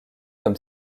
comme